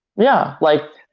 yeah, like,